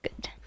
Good